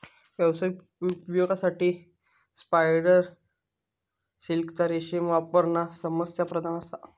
व्यावसायिक उपयोगासाठी स्पायडर सिल्कचा रेशीम वापरणा समस्याप्रधान असा